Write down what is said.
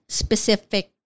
specific